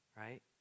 Right